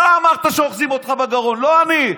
אתה אמרת שאוחזים אותך בגרון, לא אני.